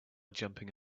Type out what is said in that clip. jumping